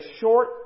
short